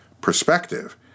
perspective